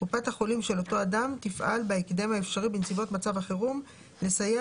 קופת החולים של אותו אדם תפעל בהקדם האפשרי בנסיבות מצב החירום לסייע